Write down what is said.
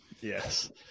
yes